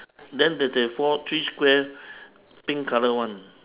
then that there four three square pink colour [one]